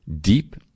deep